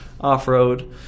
off-road